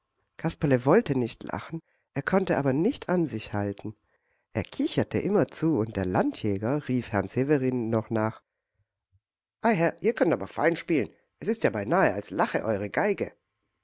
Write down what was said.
kasperle wollte nicht lachen er konnte aber nicht an sich halten er kicherte immerzu und der landjäger rief herrn severin noch nach ei herr ihr könnt aber fein spielen es ist ja beinahe als lache eure geige